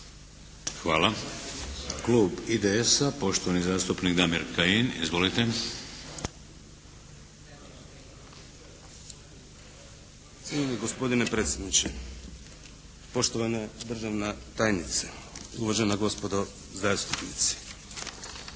Hvala. Klub IDS-a, poštovani zastupnik Damir Kajin. Izvolite! **Kajin, Damir (IDS)** Cijenjeni gospodine predsjedniče, poštovana državna tajnice, uvažena gospodo zastupnici.